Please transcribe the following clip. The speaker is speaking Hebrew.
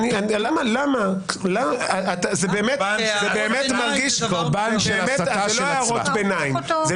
קורבן של ההסתה של עצמה.